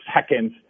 seconds